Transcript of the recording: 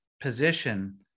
position